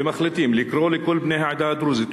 ומחליטים לקרוא לכל בני העדה הדרוזית,